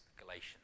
Galatians